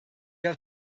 have